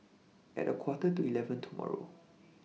At A Quarter to eleven tomorrow